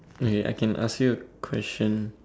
okay I can ask you a question